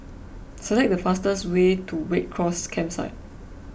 select the fastest way to Red Cross Campsite